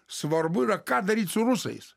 svarbu yra ką daryt su rusais